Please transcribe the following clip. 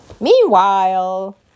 Meanwhile